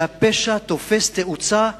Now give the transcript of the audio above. שהפשע תופס תאוצה,